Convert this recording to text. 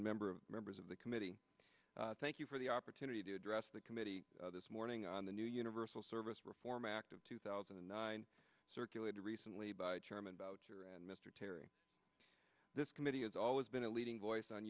member of members of the committee thank you for the opportunity to address the committee this morning on the new universal service reform act of two thousand and nine circulated recently by chairman boucher and mr terry this committee has always been a leading voice on